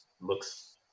looks